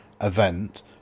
event